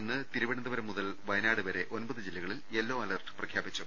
ഇന്ന് തിരുവ നന്തപുരം മുതൽ വയനാട് വരെ ഒൻപത് ജില്ലകളിൽ യെല്ലോ അലർട്ട് പ്രഖ്യാ പിച്ചു